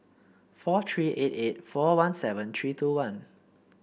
four three eight eight four one seven three two one